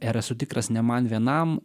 ir esu tikras ne man vienam